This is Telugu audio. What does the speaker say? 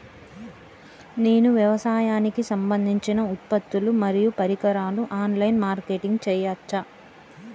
నేను వ్యవసాయానికి సంబంధించిన ఉత్పత్తులు మరియు పరికరాలు ఆన్ లైన్ మార్కెటింగ్ చేయచ్చా?